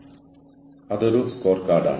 കാര്യക്ഷമതയുടെ ചില സംഘടനാ ഫലങ്ങൾ ഉണ്ട്